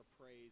praise